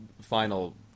final